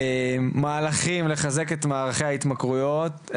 מהלכים לחזק את מערכי הטיפול בהתמכרויות.